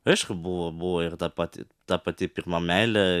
aišku buvo buvo ir ta pati ta pati pirma meilė